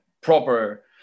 proper